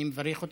אני מברך אתכם.